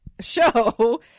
show